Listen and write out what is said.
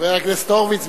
חבר הכנסת הורוביץ,